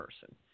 person